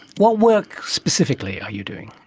what work specifically are you doing?